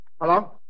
Hello